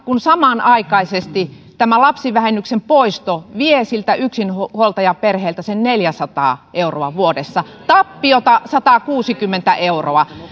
kun samanaikaisesti tämä lapsivähennyksen poisto vie siltä yksinhuoltajaperheeltä sen neljäsataa euroa vuodessa tappiota satakuusikymmentä euroa